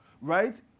right